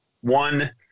one